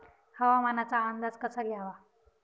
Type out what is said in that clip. हवामानाचा अंदाज कसा घ्यावा?